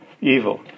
evil